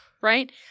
Right